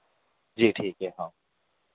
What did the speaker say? जी ठीक है हाँ